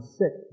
sick